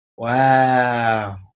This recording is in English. Wow